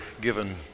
given